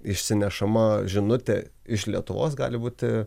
išsinešama žinutė iš lietuvos gali būti